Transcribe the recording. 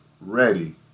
Ready